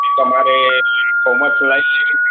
તમારે commerce line લેવી કે